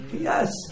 yes